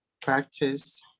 practice